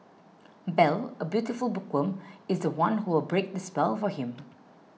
Belle a beautiful bookworm is the one who will break the spell for him